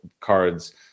cards